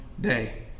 day